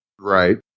Right